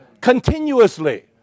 continuously